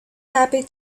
happy